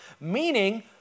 Meaning